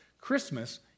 Christmas